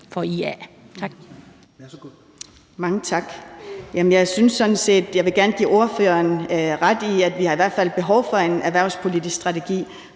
(IA): Mange tak. Jeg vil sådan set gerne give ordføreren ret i, at vi i hvert fald har behov for en erhvervspolitisk strategi